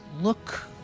look